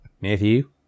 Matthew